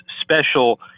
special